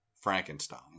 Frankenstein